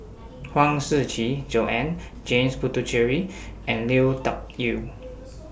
Huang Shiqi Joan James Puthucheary and Lui Tuck Yew